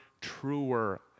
truer